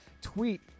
tweet